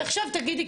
אז עכשיו תגידי,